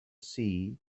see